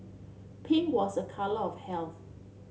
pink was a colour of health